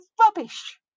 rubbish